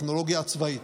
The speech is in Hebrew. הטכנולוגיה הצבאית.